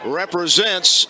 represents